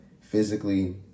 physically